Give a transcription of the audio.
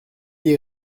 est